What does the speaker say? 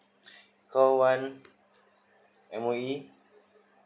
call one M_O_E